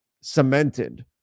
cemented